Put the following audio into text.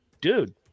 dude